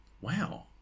wow